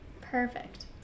perfect